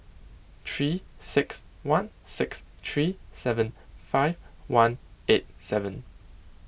three six one six three seven five one eight seven